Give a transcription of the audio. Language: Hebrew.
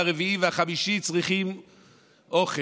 הרביעי והחמישי צריכים אוכל.